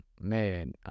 man